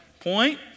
Point